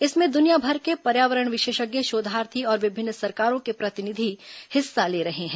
इसमें दुनिया भर के पर्यावरण विशेषज्ञ शोधार्थी और विभिन्न सरकारों के प्रतिनिधि हिस्सा ले रहे हैं